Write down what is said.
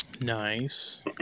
Nice